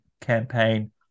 campaign